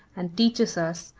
and teaches us,